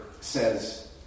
says